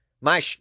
My